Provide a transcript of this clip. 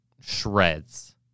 shreds